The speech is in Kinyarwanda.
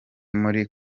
muri